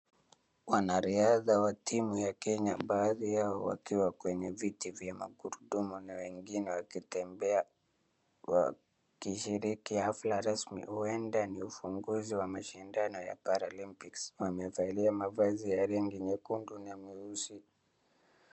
Wanariadha wa timu ya Kenya baadhi yao wakiwa kwenye viti vya magurudumu na wengine wakitembea wakishiriki hafla rasmi. Huenda ni ufunguzi wa mashindano ya Para Olympics . Wamevalia mavazi ya rangi nyekundu na nyeusi.